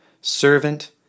servant